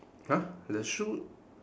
!huh! the shoe